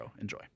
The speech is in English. Enjoy